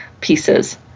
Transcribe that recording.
pieces